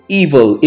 evil